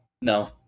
No